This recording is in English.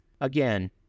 Again